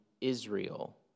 Israel